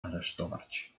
aresztować